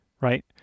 right